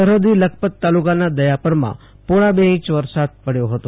સરહદી લખપત તાલુકાના દયાપરમાં પોણા બે ઈંચ વરસાદ પડ્યો હતો